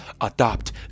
adopt